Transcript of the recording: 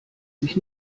sich